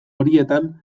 horietan